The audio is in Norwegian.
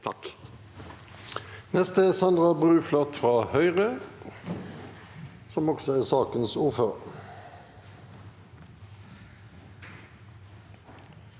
Takk